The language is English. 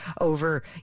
over